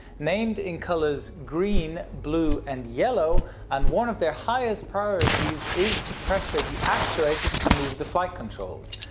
named in colors, green, blue, and yellow and one of their highest priorities is to pressure the actuators to move the flight controls.